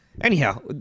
anyhow